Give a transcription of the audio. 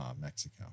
Mexico